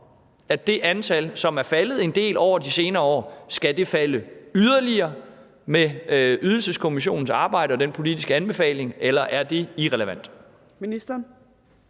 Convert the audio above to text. at det antal, som er faldet en del over de senere år, skal falde yderligere med Ydelseskommissionens arbejde og dens politiske anbefaling, eller er det irrelevant?